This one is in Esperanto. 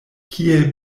kiel